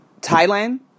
Thailand